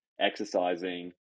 exercising